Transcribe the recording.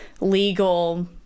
legal